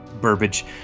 Burbage